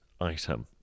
item